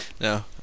No